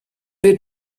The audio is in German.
wir